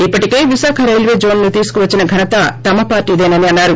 ఇప్పటికే Visakha railway zone ను తీసుకువచ్చిన ఘనత తమ పార్టీదే అని అన్నారు